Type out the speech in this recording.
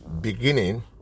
Beginning